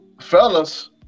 Fellas